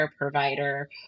provider